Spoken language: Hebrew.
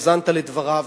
האזנת לדבריו,